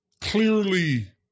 clearly